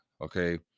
okay